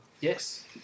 Yes